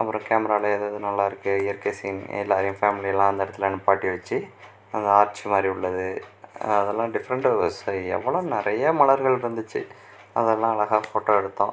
அப்புறம் கேமராவில் எதெது நல்லாயிருக்கு இயற்கை சீன் எல்லாம் என் ஃபேம்லி எல்லாம் அந்த இடத்தில் நிப்பாட்டி வச்சு அங்கே ஆர்ச் மாதிரி உள்ளது அதெல்லாம் டிஃப்ரெண்டாக எவ்வளோ நிறையா மலர்கள் இருந்துச்சு அதெல்லாம் அழகாக ஃபோட்டோ எடுத்தோம்